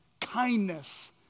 Kindness